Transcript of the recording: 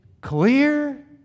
clear